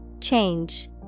Change